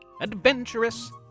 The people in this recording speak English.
adventurous